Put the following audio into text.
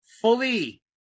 fully